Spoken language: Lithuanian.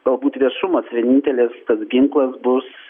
galbūt viešumas vienintelis tas ginklas bus